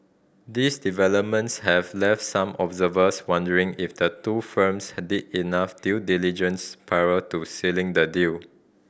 these developments have left some observers wondering if the two firms did enough due diligence prior to sealing the deal